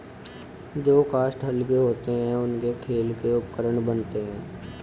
जो काष्ठ हल्के होते हैं, उनसे खेल के उपकरण बनते हैं